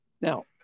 Now